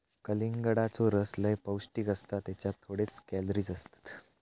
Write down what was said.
कलिंगडाचो रस लय पौंष्टिक असता त्येच्यात थोडेच कॅलरीज असतत